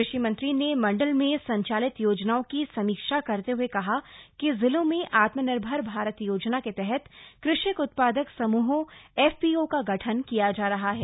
कृषि मंत्री ने मण्डल में संचालित योजनाओं की समीक्षा करते हुए कहा कि जिलों में आत्मनिर्भर भारत योजना के तहत कृषक उत्पादक समूहों एफपीओ का गठन किया जा रहा है